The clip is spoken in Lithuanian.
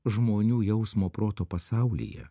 žmonių jausmo proto pasaulyje